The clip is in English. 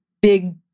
big